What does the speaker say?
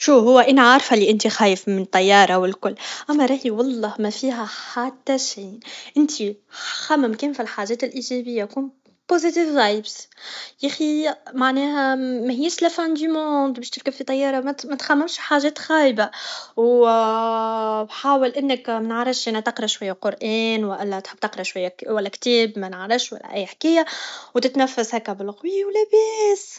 شو هو انا عارفه بلي انتي خايف من الطياره و الكل اما راهي مفيها حتى شيء انتي خمم كان فالحاجات الايجابيه بوزيتيف مايندز يخي معناها مهيش لفان دموند باش تركب في طياره متخممش في حاجات خايبه و و حاول انك منعرفش اقرا شويه قران ولا تحب تقرا شويه ولاكتاب منعرفش ولا اي حكايه و تتنفس هكا بالقوي و لباس